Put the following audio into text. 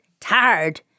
tired